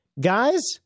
guys